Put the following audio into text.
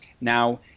now